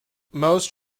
most